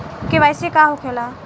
KYC का होखेला?